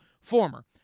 former